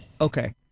Okay